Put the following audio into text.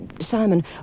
Simon